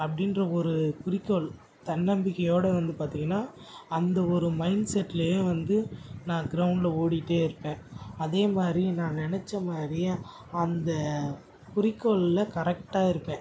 அப்படின்ற ஒரு குறிக்கோள் தன்னம்பிக்கையோடு வந்து பார்த்திங்கன்னா அந்த ஒரு மைண்ட்செட்லேயே வந்து நான் கிரௌண்டில் ஓடிட்டே இருப்பேன் அதே மாதிரி நான் நெனைச்ச மாதிரியே அந்தக் குறிக்கோளில் கரெக்டாக இருப்பேன்